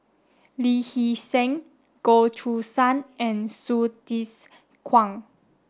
Lee Hee Seng Goh Choo San and Hsu Tse Kwang